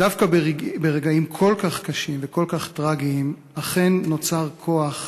שדווקא ברגעים כל כך קשים וכל כך טרגיים אכן נוצר כוח